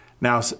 Now